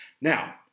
Now